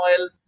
oil